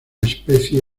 especie